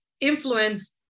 influence